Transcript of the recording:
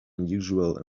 unusual